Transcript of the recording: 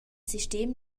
sistem